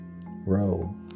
Row